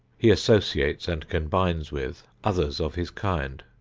he associates and combines with others of his kind.